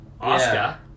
Oscar